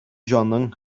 җаның